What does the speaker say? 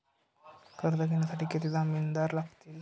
कर्ज घेण्यासाठी किती जामिनदार लागतील?